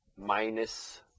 minus